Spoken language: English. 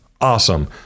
Awesome